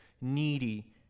needy